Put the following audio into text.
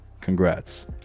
Congrats